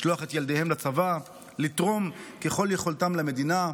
לשלוח את ילדיהן לצבא, לתרום ככל יכולתן למדינה,